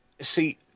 See